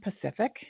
Pacific